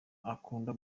akunda